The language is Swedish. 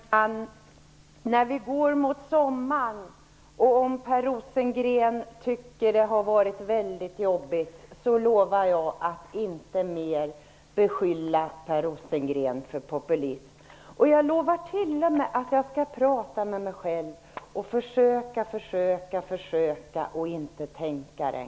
Herr talman! När vi går mot sommaren och om Per Rosengren tycker att det har varit väldigt jobbigt, så lovar jag att inte mer beskylla Per Rosengren för populism. Jag lovar t.o.m. att jag skall prata med mig själv och försöka, försöka, försöka att inte ens tänka det.